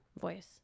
voice